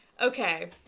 Okay